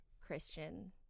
Christian